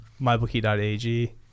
mybookie.ag